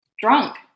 Drunk